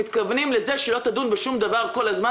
מתכוונים לזה שהיא לא תדון בשום דבר כל הזמן,